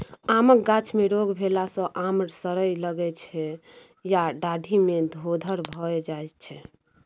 आमक गाछ मे रोग भेला सँ आम सरय लगै छै या डाढ़ि मे धोधर भए जाइ छै